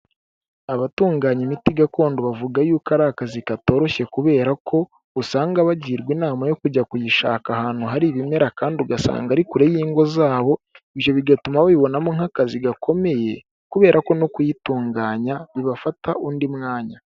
Abatunganya imiti Gakondo bavuga yuko ari akazi katoroshye kubera ko usanga bagirwa inama yo kujya kuyishaka ahantu hari ibimera kandi ugasanga ari kure y'ingo zabo, ibyo bigatuma babibonamo nk'akazi gakomeye, kubera ko no kuyitunganya bibafata undi mwanya.